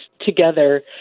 together